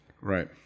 Right